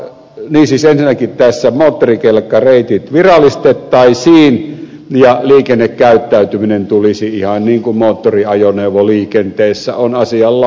siis ensinnäkin tässä moottorikelkkareitit virallistettaisiin ja liikennekäyttäytyminen tulisi ihan niin kuin moottoriajoneuvoliikenteessä on asian laita